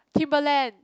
Timberland